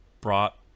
brought